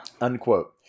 Unquote